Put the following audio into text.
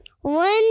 One